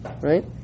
right